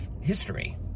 history